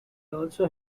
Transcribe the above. also